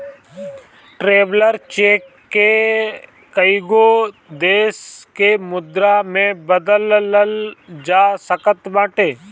traveller cheque के कईगो देस के मुद्रा में बदलल जा सकत बाटे